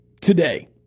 today